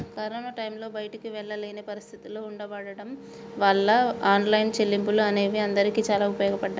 corona టైంలో బయటికి వెళ్ళలేని పరిస్థితులు ఉండబడ్డం వాళ్ళ ఆన్లైన్ చెల్లింపులు అనేవి అందరికీ చాలా ఉపయోగపడ్డాయి